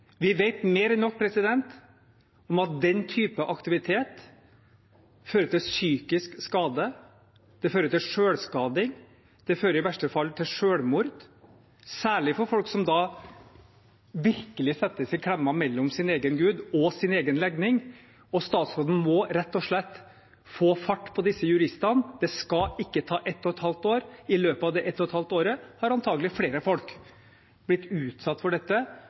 Vi vet mer enn nok om at den type aktivitet fører til psykisk skade, det fører til selvskading, og det fører i verste fall til selvmord, særlig for folk som virkelig settes i klemma mellom sin egen gud og sin egen legning. Statsråden må rett og slett få fart på disse juristene. Det skal ikke ta halvannet år. I løpet av de halvannet årene har antagelig flere folk blitt utsatt for dette